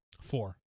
Four